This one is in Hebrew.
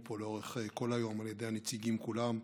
פה לאורך כל היום על ידי הנציגים כולם.